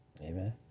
Amen